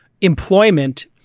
employment